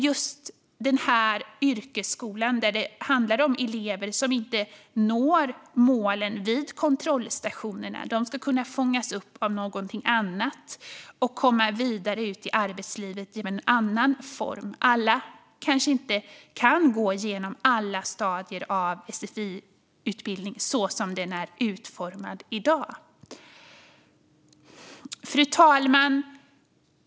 Just i den här yrkesskolan, för elever som inte når målen vid kontrollstationerna, ska eleverna kunna fångas upp av någonting annat och komma vidare ut i arbetslivet genom en annan form. Alla kanske inte kan gå igenom alla stadier av sfi-utbildningen så som den är utformad i dag. Fru talman!